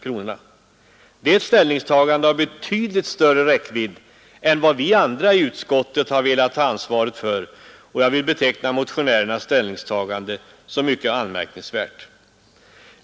Det är ett ställningstagande av betydligt större räckvidd än vad vi andra i utskottet har velat ta ansvaret för, och jag vill beteckna motionärernas ställningstagande som mycket anmärkningsvärt.